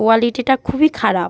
কোয়ালিটিটা খুবই খারাপ